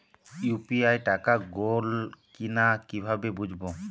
UPI টাকা গোল কিনা কিভাবে বুঝব?